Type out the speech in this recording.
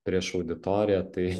prieš auditoriją tai